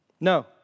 No